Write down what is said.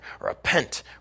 Repent